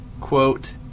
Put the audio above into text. quote